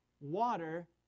water